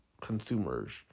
consumers